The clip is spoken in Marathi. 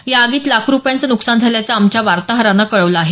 या आगीत लाखो रुपयांचं नुकसान झाल्याचं आमच्या वार्ताहरानं कळवलं आहे